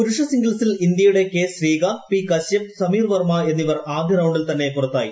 പുരുപ്പ് സിംഗിൾസിൽ ഇന്ത്യയുടെ K Srikanth P Kashyap Sameer Verma എന്നിവ്ർ ആദ്യ റൌണ്ടിൽ തന്നെ പുറത്തായി